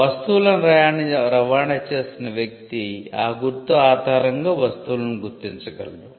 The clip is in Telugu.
వస్తువులను రవాణా చేసిన వ్యక్తి ఆ గుర్తు ఆధారంగా వస్తువులను గుర్తించగలడు